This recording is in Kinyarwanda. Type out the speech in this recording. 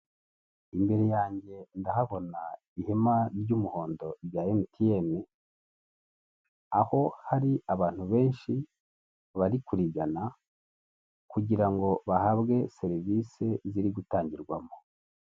Imbere yange ndahabona ihema ry'umuhondo rya emutiyeni, aho hari abantu benshi bari kurigana kugira ngo bahabwe serivise ziri gutangirwamo.